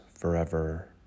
forever